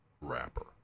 rapper